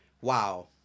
wow